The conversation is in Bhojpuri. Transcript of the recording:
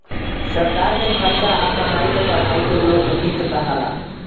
सरकार के खर्चा आ कमाई के पढ़ाई के लोक वित्त कहाला